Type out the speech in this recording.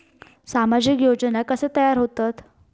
सामाजिक योजना कसे तयार होतत?